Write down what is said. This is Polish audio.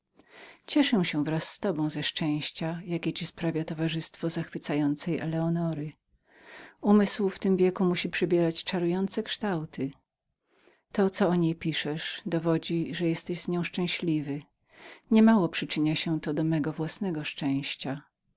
cieszę się wraz z tobą ze szczęścia jakie ci sprawia towarzystwo zachwycającej eleonory umysł w tym wieku musi przybierać czarujące kształty to co o niej piszesz dowodzi mi że jesteś z niej szczęśliwy i nie mało przyczynia się do mego własnego szczęścia